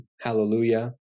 Hallelujah